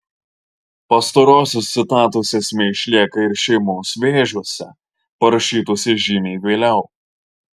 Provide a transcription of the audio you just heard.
pastarosios citatos esmė išlieka ir šeimos vėžiuose parašytuose žymiai vėliau